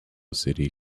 city